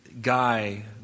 guy